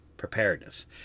preparedness